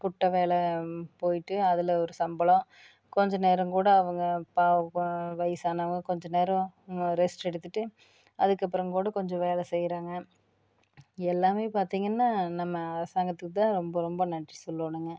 குட்டை வேலை போயிட்டு அதில் ஒரு சம்பளம் கொஞ்சம் நேரம் கூட அவங்க பா வயசானங்க கொஞ்சம் நேரம் ரெஸ்ட் எடுத்துகிட்டு அதுக்கப்புறம் கூட கொஞ்சம் வேலை செய்கிறாங்க எல்லாம் பார்த்திங்கன்னா நம்ம அரசாங்கத்துக்கு தான் ரொம்ப ரொம்ப நன்றி சொல்லணுங்க